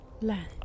land